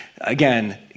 again